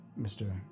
Mr